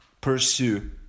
pursue